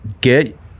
get